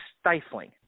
stifling